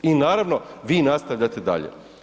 I naravno, vi nastavljate dalje.